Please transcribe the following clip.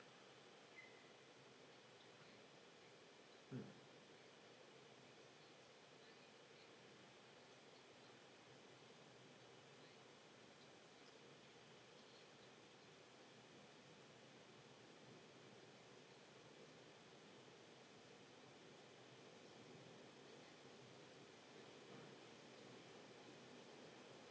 mm